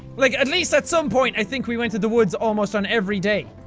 like at least at some point i think we went to the woods almost on every day.